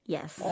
Yes